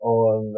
on